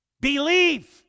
Believe